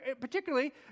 particularly